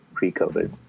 pre-COVID